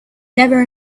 never